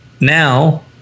Now